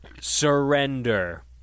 surrender